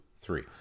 three